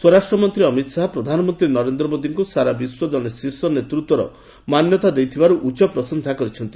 ସ୍ୱରାଷ୍ଟ୍ର ମନ୍ତ୍ରୀ ଅମିତ୍ ଶାହା ପ୍ରଧାନମନ୍ତ୍ରୀ ନରେନ୍ଦ୍ର ମୋଦିଙ୍କୁ ସାରା ବିଶ୍ୱ ଜଣେ ଶୀର୍ଷ ନେତୃତ୍ୱର ମାନ୍ୟତା ଦେଇଥିବାରୁ ଉଚ୍ଚ ପ୍ରଶଂସା କରିଛନ୍ତି